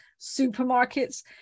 supermarkets